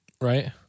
Right